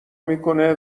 میکنه